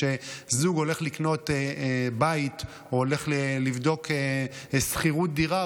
כשזוג הולך לקנות בית או הולך לבדוק שכירות דירה,